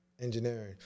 engineering